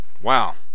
Wow